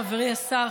חברי השר,